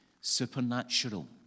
supernatural